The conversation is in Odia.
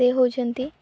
ସେ ହେଉଛନ୍ତି